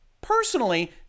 personally